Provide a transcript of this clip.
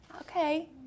okay